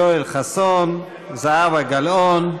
יואל חסון, זהבה גלאון.